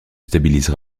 stabilise